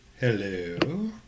hello